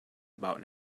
about